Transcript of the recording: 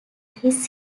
his